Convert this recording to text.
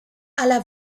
alla